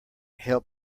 help